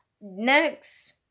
next